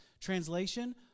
Translation